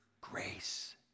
grace